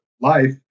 life